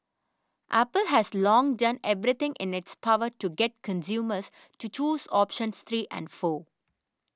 Apple has long done everything in its power to get consumers to choose options three and four